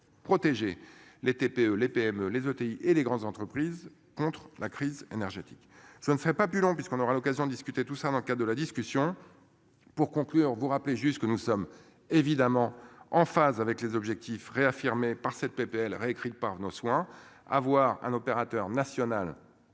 protéger les TPE, les PME les ETI et les grandes entreprises contre la crise énergétique. Ça ne fais pas plus long puisqu'on aura l'occasion discuter tout ça dans le cas de la discussion. Pour conclure vous rappeler juste que nous sommes évidemment en phase avec les objectifs réaffirmés par cette PPL réécrite par nos soins. Avoir un opérateur national